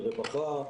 של רווחה,